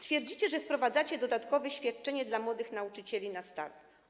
Twierdzicie, że wprowadzacie dodatkowe świadczenie dla młodych nauczycieli na start.